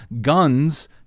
Guns